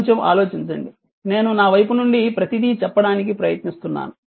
కొంచెం ఆలోచించండి నేను నా వైపు నుండి ప్రతీదీ చెప్పడానికి ప్రయత్నిస్తున్నాను